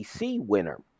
winner